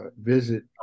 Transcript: visit